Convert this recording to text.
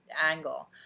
angle